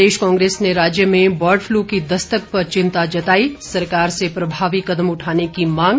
प्रदेश कांग्रेस ने राज्य में बर्डपलू की दस्तक पर चिंता जताई सरकार से प्रभावी कदम उठाने की मांग